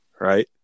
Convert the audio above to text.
right